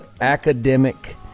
academic